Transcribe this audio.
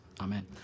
Amen